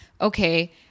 okay